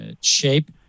shape